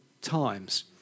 times